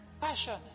Passion